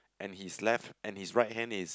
and his left and his right hand is